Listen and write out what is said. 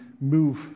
move